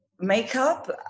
Makeup